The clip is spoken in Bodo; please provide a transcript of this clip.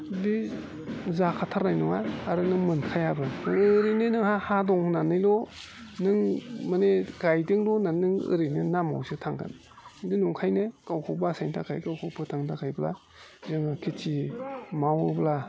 बे जाखाथारनाय नङा आरो नों मोनखायाबो ओरैनो नोंहा हा दं होननानैल' नों माने गायदोंल' होननानै नों ओरैनो नामावसो थांगोन नों नंंखायनो गावखौ बासायनो थाखाय गावखौ फोथांनो थाखायब्ला जोङो खेति मावोब्ला